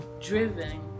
driven